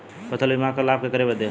फसल बीमा क लाभ केकरे बदे ह?